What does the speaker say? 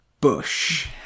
Bush